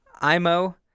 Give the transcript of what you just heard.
Imo